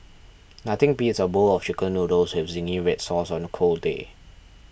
nothing beats a bowl of Chicken Noodles with Zingy Red Sauce on a cold day